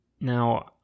Now